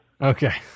Okay